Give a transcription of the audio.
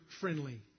friendly